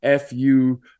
FU